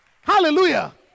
Hallelujah